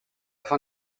fin